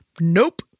nope